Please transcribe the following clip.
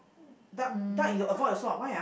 um duck